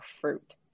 fruit